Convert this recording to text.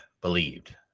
believed